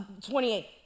28